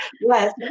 Yes